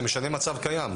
זה משנה מצב קיים.